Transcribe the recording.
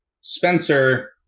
Spencer